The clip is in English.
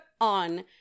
on